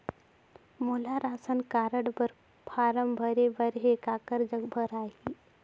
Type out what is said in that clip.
मोला ration card बर form भरे बर हे काकर जग भराही?